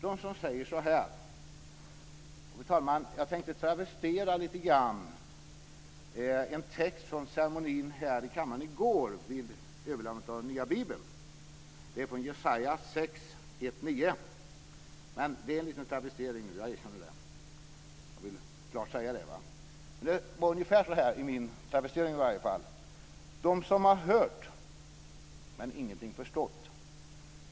Jag tänkte, fru talman, travestera en text från ceremonin i kammaren i går, vid överlämnandet av den nya bibeln. Det är från Jesaja 6:1-9. Jag vill klart säga att jag erkänner att det är en liten travestering. Ungefär så här heter det i min travestering i alla fall: De har hört men ingenting förstått.